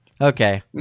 Okay